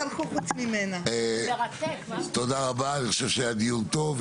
אני חושב שהיה דיון טוב,